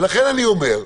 ולכן אני אומר: